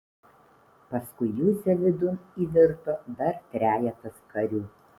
paskui juzę vidun įvirto dar trejetas karių